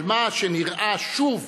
על מה שנראה שוב